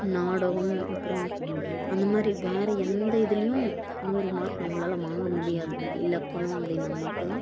நாடகம் அப்புறம் அந்த மாதிரி வேறு எந்த இதுலேயும் நூறு மார்க் நம்மளால் வாங்க முடியாது இலக்கணம் அப்படின்னா மட்டும் தான்